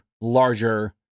larger